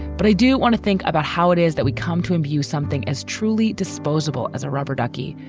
but i do want to think about how it is that we come to imbue something as truly disposable as a rubber ducky.